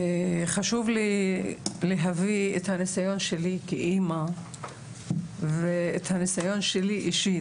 חשוב לי להביא את הניסיון שלי כאמא ואת הניסיון שלי אישית.